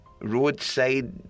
roadside